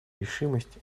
решимость